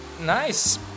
Nice